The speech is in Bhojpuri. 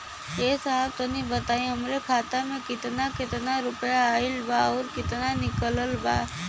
ए साहब तनि बताई हमरे खाता मे कितना केतना रुपया आईल बा अउर कितना निकलल बा?